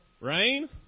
Rain